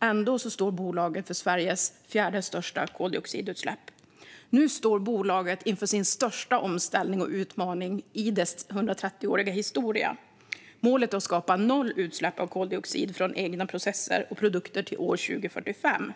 Ändå står bolaget för Sveriges fjärde största koldioxidutsläpp. Nu står bolaget inför sin största omställning och utmaning i sin 130-åriga historia. Målet är att skapa noll utsläpp av koldioxid från egna processer och produkter till år 2045.